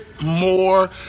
more